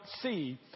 see